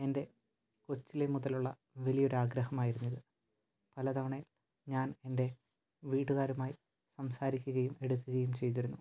എന്റെ കൊച്ചിലേ മുതലുള്ള വലിയൊരാഗ്രഹമായിരുന്നുവത് പല തവണ ഞാൻ എന്റെ വീട്ടുകാരുമായി സംസാരിക്കുകയും എടുക്കുകയും ചെയ്തിരുന്നു